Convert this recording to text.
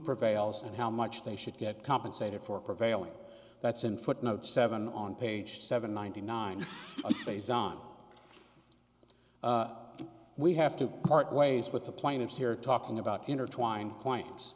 prevails and how much they should get compensated for prevailing that's in footnote seven on page seven ninety nine days on we have to part ways with the plaintiffs here talking about intertwined point